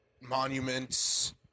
monuments